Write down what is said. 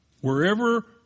wherever